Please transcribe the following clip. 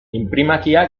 inprimakia